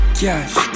cash